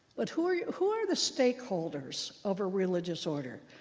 but who are yeah who are the stakeholders of a religious order?